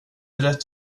rätt